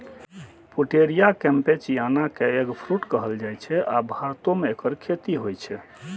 Pouteria campechiana कें eggfruit कहल जाइ छै, आ भारतो मे एकर खेती होइ छै